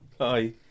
Hi